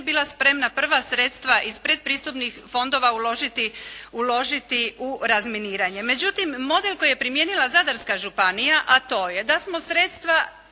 bila spremna prva sredstva iz predpristupnih fondova uložiti u razminiranje. Međutim, model koji je primijenila Zadarska županija, a to je da smo sredstva